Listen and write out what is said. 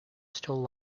still